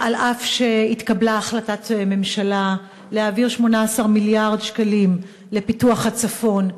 אף שהתקבלה החלטת ממשלה להעביר 18 מיליארד שקלים לפיתוח הצפון,